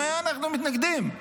אנחנו מתנגדים.